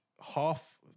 half